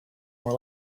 more